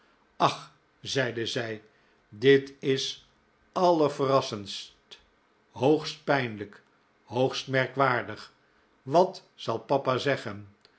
ach zeide zij dit is allerverrassendst hoogst pijnlijk hoogst merkwaardig wat zal papa zeggen